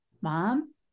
mom